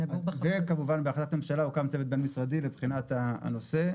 בהחלטת ממשלה הוקם צוות בין-משרדי לבחינת הנושא,